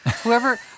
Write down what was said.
whoever